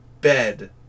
bed